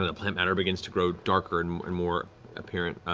and plant matter begins to grow darker and and more apparent.